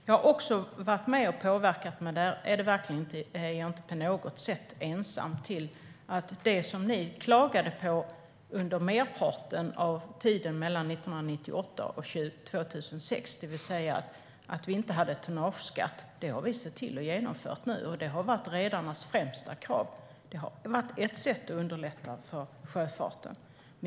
Jag har också varit med och påverkat - men där är jag verkligen inte på något sätt ensam - när det gäller det som ni klagade på under merparten av tiden 1998-2006, det vill säga att vi inte hade tonnageskatt. Det har vi nu sett till att genomföra. Det har varit redarnas främsta krav. Det har varit ett sätt att underlätta för sjöfarten.